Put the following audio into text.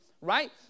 Right